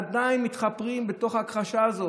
עדיין מתחפרים בתוך ההכחשה הזאת.